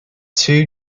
two